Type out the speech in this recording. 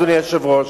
אדוני היושב-ראש,